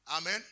Amen